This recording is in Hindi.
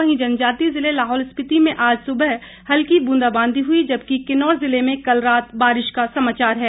वहीं जनजातीय ज़िले लाहौल स्पिति में आज सुबह हल्की बूंदाबांदी हुई जबकि किन्नौर जिले में कल रात बारिश का समाचार है